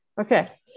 Okay